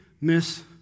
miss